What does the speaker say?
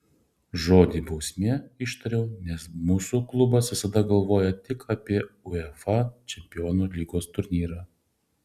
žodį bausmė ištariau nes mūsų klubas visada galvoja tik apie uefa čempionų lygos turnyrą